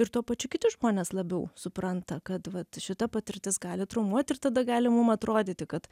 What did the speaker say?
ir tuo pačiu kiti žmonės labiau supranta kad vat šita patirtis gali traumuot ir tada gali mum atrodyti kad